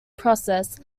process